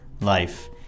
life